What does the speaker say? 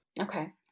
Okay